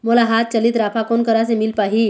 मोला हाथ चलित राफा कोन करा ले मिल पाही?